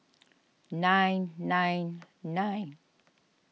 nine nine nine